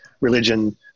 religion